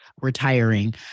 retiring